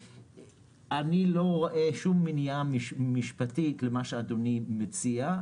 אני לא רואה שום מניעה משפטית למה שאדוני מציע.